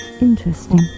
Interesting